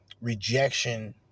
rejection